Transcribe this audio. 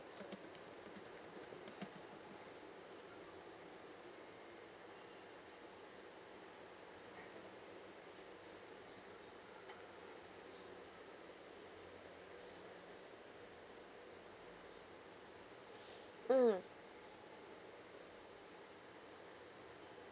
mm